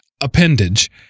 appendage